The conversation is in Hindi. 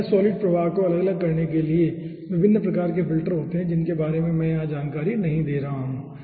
गैस सॉलिड प्रवाह को अलग करने के लिए विभिन्न प्रकार के फिल्टर होते हैं जिनके बारे में मैं यहां जानकारी नहीं दे रहा हूं